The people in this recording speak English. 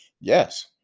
Yes